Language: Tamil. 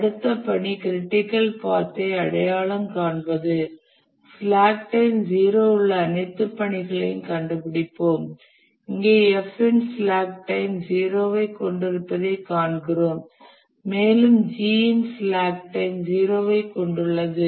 அடுத்த பணி க்ரிட்டிக்கல் பாத் ஐ அடையாளம் காண்பது ஸ்லாக் டைம் 0 உள்ள அனைத்து பணிகளையும் கண்டுபிடிப்போம் இங்கே F இன் ஸ்லாக் டைம் 0 ஐக் கொண்டிருப்பதைக் காண்கிறோம் மேலும் G இன் ஸ்லாக் டைம் 0 ஐக் கொண்டுள்ளது